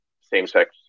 same-sex